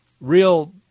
real